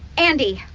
andi,